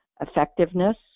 effectiveness